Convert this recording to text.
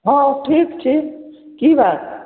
हँ ठीक छी कि बात